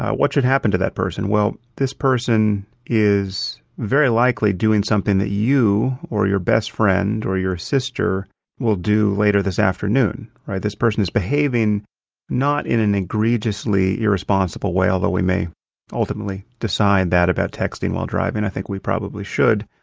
what should happen to that person? well, this person is very likely doing something that you or your best friend or your sister will do later this afternoon. all right? this person is behaving not in an egregiously irresponsible way although we may ultimately decide that about texting while driving. i think we probably should.